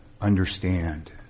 understand